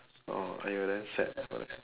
oh !aiyo! then sad for them